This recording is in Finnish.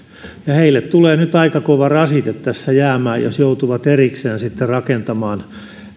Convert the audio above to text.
heille tulee nyt aika kova rasite tässä jäämään jos he joutuvat sitten erikseen rakentamaan